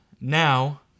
Now